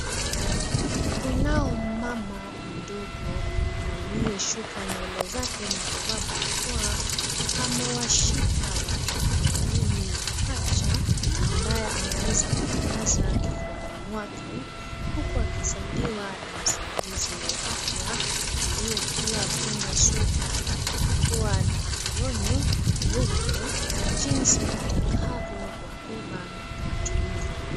Kunao mumama mdogo aliyeshuka nywele zake na kuvaa barakoa amewashika watoto wawili wapacha ambaye ameweza kuwalaza kifuani mwake huku akizaidiwa na msaidizi wa afya aliye pia amefunga sweta na barakoa na aproni nyeupe jinsi atakanyvo wabebaba na kuwatuliza.